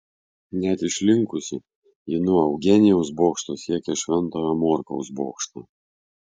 net išlinkusi ji nuo eugenijaus bokšto siekia šventojo morkaus bokštą